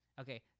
Okay